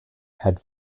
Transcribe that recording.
head